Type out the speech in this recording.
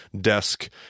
desk